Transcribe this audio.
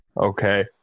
Okay